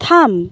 থাম